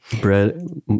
bread